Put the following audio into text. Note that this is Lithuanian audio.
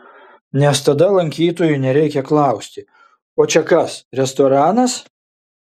nes tada lankytojui nereikia klausti o čia kas restoranas